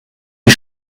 die